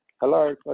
hello